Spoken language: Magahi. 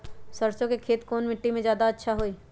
सरसो के खेती कौन मिट्टी मे अच्छा मे जादा अच्छा होइ?